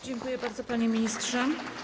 Dziękuję bardzo, panie ministrze.